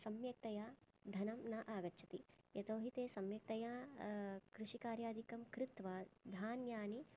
सम्यक्तया धनं न आगच्छति यतोहि ते सम्यक्तया कृषिकार्यादिकं कृत्वा धान्यानि